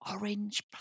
orange